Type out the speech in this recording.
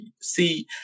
see